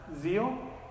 zeal